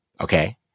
okay